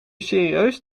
serieus